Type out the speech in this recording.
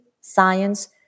science